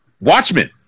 Watchmen